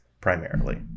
primarily